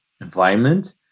environment